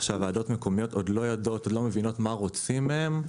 שהוועדות המקומיות עוד לא מבינות מה רוצים מהן.